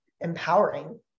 empowering